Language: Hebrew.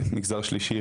מגזר שלישי,